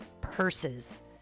purses